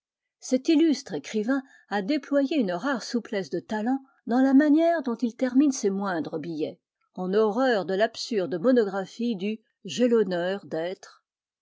cet illustre écrivain a déployé une rare souplesse de talent dans la manière dont il termine ses moindres billets en horreur de l'absurde monographie du j'ai l'honneur d'être